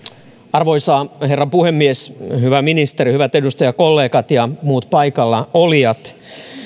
arvoisa herra puhemies hyvä ministeri hyvät edustajakollegat ja muut paikalla olijat